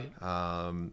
Right